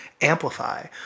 amplify